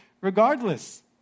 regardless